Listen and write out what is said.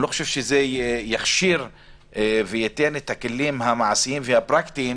אני לא חושב שזה יכשיר וייתן את הכלים המעשיים והפרקטיים